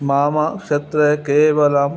मम क्षेत्रे केवलम्